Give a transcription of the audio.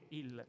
il